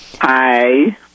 Hi